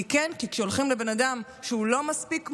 כי כן, כשהולכים לבן אדם שהוא לא מספיק מוכשר,